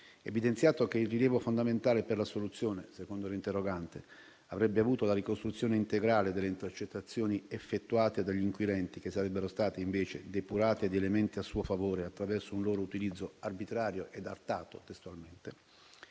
evidenziato che il rilievo fondamentale per l'assoluzione - secondo l'interrogante - avrebbe avuto la ricostruzione integrale delle intercettazioni effettuate dagli inquirenti che sarebbero state invece - cito testualmente - «depurate di elementi a suo favore, attraverso un loro utilizzo arbitrario ed artato». Quindi,